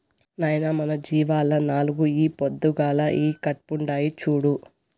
నాయనా మన జీవాల్ల నాలుగు ఈ పొద్దుగాల ఈకట్పుండాయి చూడు